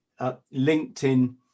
LinkedIn